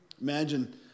Imagine